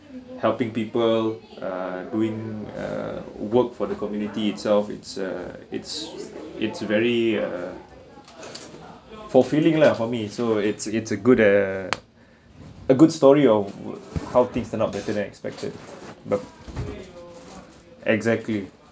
helping people ah doing uh work for the community itself it's uh it's it's very uh fulfilling lah for me so it's it's a good uh a good story of how things turn out better than expected but exactly